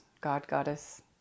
God-Goddess